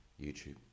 YouTube